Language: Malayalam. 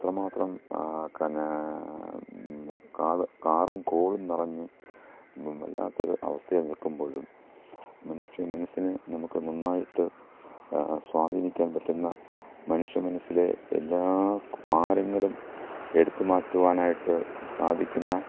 എത്രമാത്രം കനാ കാറ് കാറും കോളും നിറഞ്ഞ് വല്ലാത്തൊരു അവസ്ഥയിൽ നിൽക്കുമ്പോഴും മനുഷ്യ മനസ്സിനെ നമുക്ക് നന്നായിട്ട് സ്വാധീനിക്കാൻ പറ്റുന്ന മനുഷ്യ മനസിലെ എല്ലാ ഭാരങ്ങളും എടുത്ത് മറ്റുവാനായിട്ട് സാധിക്കുന്ന